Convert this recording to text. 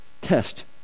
test